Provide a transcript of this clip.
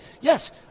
Yes